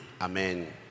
Amen